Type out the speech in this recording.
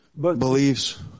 beliefs